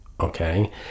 okay